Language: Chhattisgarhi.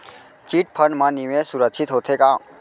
चिट फंड मा निवेश सुरक्षित होथे का?